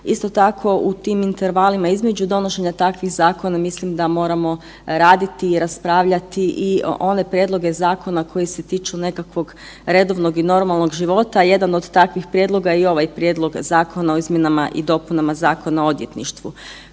isto tako u tim intervalima između donošenja takvih zakona mislim da moramo raditi i raspravljati i one prijedloge zakona koji se tiču nekakvog redovnog i normalnog života. Jedan od takvih prijedloga je i ovaj Prijedlog Zakona o izmjenama i dopunama Zakona o odvjetništvu.